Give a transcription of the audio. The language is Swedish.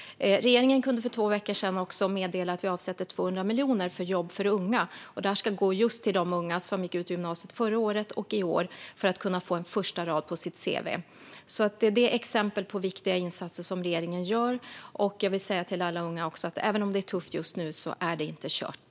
Regeringen kunde för två veckor sedan också meddela att vi avsätter 200 miljoner för jobb för unga. Det ska gå just till de unga som gick ut gymnasiet förra året och i år, så att de ska kunna få en första rad på sitt cv. Detta är exempel på viktiga insatser som regeringen gör. Jag vill också säga till alla unga att även om det är tufft just nu är det inte kört.